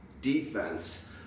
defense